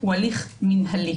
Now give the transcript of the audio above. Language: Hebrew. הוא הליך מינהלי.